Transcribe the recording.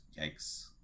yikes